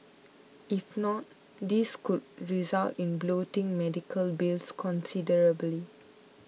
if not this could result in bloating medical bills considerably